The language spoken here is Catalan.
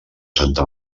santa